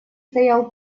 стоял